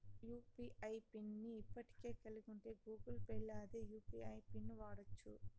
UPI PIN ని ఇప్పటికే కలిగుంటే గూగుల్ పేల్ల అదే యూ.పి.ఐ పిన్ను వాడచ్చు